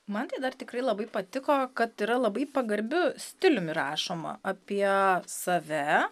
man tai dar tikrai labai patiko kad yra labai pagarbiu stiliumi rašoma apie save